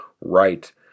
right